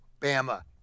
Bama